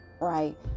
right